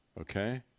Okay